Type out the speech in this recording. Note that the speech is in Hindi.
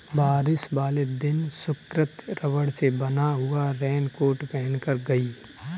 बारिश वाले दिन सुकृति रबड़ से बना हुआ रेनकोट पहनकर गई